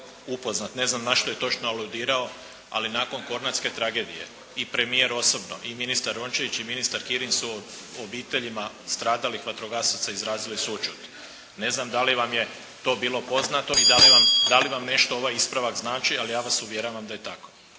ne znam na što je točno aludirao ali nakon "Kornatske tragedije" i premijer osobno i ministar Rončević i ministar Kirin su obiteljima stradalih vatrogasaca izrazili sućut. Ne znam da li vam je to bilo poznato, da li vam nešto ovaj ispravak znači ali ja vas uvjeravam da je tako.